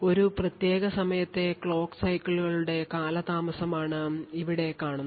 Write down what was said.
ഒരു പ്രത്യേക സമയത്തെ ക്ലോക്ക് സൈക്കിളുകളുടെ കാലതാമസമാണ് ഞങ്ങൾ ഇവിടെ കാണുന്നത്